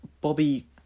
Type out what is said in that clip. Bobby